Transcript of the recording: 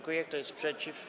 Kto jest przeciw?